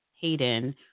Hayden